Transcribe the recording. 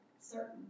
certain